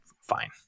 fine